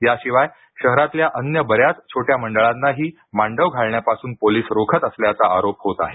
याशिवाय शहरातल्या अन्य बऱ्याच छोट्या मंडळांनाही मांडव घालण्यापासून पोलीस रोखत असल्याचा आरोप होतं आहे